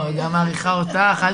לא, היא מעריכה אותך, זה לא קשור.